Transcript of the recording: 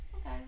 okay